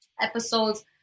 episodes